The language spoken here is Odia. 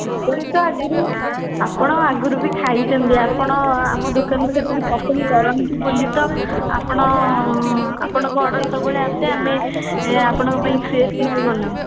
ଆପଣ ତ ଆଗରୁ ଆପଣ ଆଗରୁ ବି ଖାଇଛନ୍ତି ଆପଣ ଆମ ଦୋକାନରୁ ସେତିକି ପସନ୍ଦ କରନ୍ତି ବୋଲି ତ ଆପଣ ଆପଣଙ୍କ ଅର୍ଡ଼ର୍ ସବୁବେଳେ ଆସେ ଆମେ ଆପଣଙ୍କ ପାଇଁ ଫ୍ରେସ୍ ନିୟୁ ବନାଉ